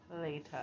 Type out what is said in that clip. Later